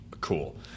cool